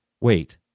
wait